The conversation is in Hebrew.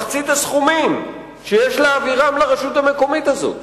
מחצית הסכומים שיש להעביר לרשות המקומית הזאת.